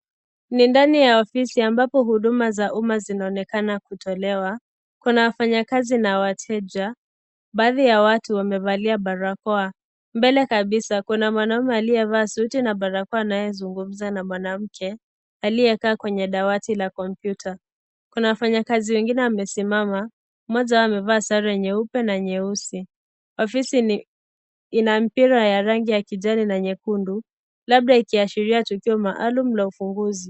Ni ndani ya ofisi ambapohuduma za umma zinaonekana kutolewa. Kuna wafanyakazi na wateja. Baadhi ya watu wamevalia barakoa. Mbele kabisa kuna mwanamume aliyevaa suti na barakoa anayezungumza na mwanamke aliyekaa kwenye dawati la kopmyuta. Kuna wafanyakazi wengine wamesimama, mmoja wao amevaa sare nyeupe na nyeusi. Ofisi ina mipira ya rangi ya kijani na nyekundu, labda ikiashiria tukio maalum la ufunguzi.